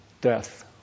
death